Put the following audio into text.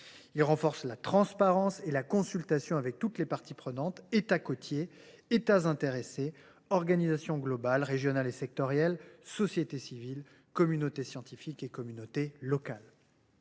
Il renforce la transparence et la consultation avec toutes les parties prenantes : États côtiers, États intéressés, organisations globales, régionales et sectorielles, sociétés civiles, communautés scientifiques et communautés locales.